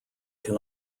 can